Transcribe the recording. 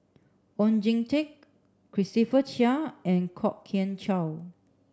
Oon Jin Teik Christopher Chia and Kwok Kian Chow